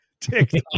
TikTok